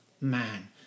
man